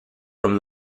from